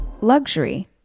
Luxury